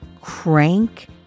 crank